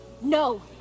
No